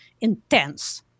intense